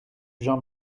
jean